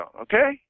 okay